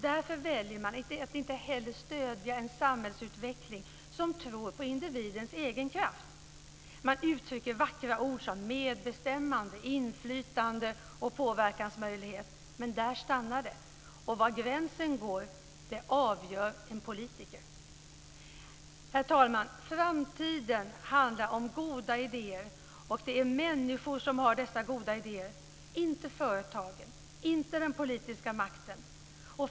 Därför väljer man att inte heller stödja en samhällsutveckling med en tro på individens egen kraft. Man uttalar vackra ord som medbestämmande, inflytande och påverkansmöjlighet men där stannar det. Var gränsen går avgör en politiker. Herr talman! Framtiden handlar om goda idéer. Det är människor som har dessa goda idéer - inte företagen och inte den politiska makten.